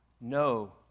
no